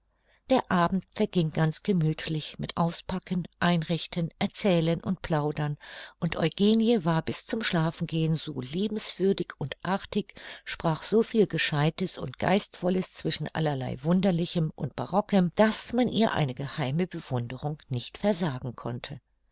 der abend verging ganz gemüthlich mit auspacken einrichten erzählen und plaudern und eugenie war bis zum schlafengehen so liebenswürdig und artig sprach so viel gescheidtes und geistvolles zwischen allerlei wunderlichem und barockem daß man ihr eine geheime bewunderung nicht versagen konnte